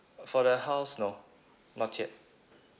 for the house no not yet